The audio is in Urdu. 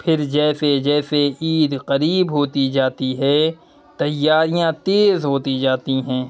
پھر جیسے جیسے عید قریب ہوتی جاتی ہے تیاریاں تیز ہوتی جاتی ہیں